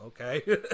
okay